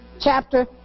chapter